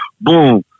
Boom